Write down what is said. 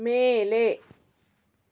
ಮೇಲೆ